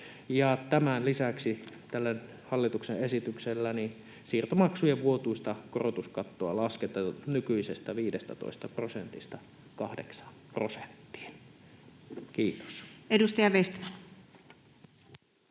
tämän lisäksi tällä hallituksen esityksellä siirtomaksujen vuotuista korotuskattoa lasketaan nykyisestä 15 prosentista 8 prosenttiin. — Kiitos. [Speech